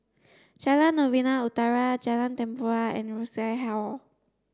Jalan Novena Utara Jalan Tempua and Rosas Hall